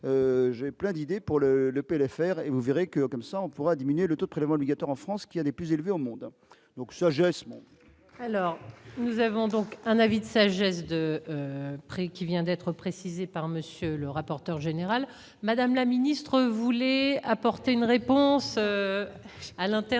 j'ai plein d'idées pour le le PLFR et vous verrez que comme ça on pourra diminuer le taux de prélèvement en France qui a des plus élevés au monde, donc sagesse. Alors nous avons donc un avis de sagesse de prix qui vient d'être précisé. Par monsieur le rapporteur général, madame la ministre voulait apporter une réponse à l'intervention